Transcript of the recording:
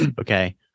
Okay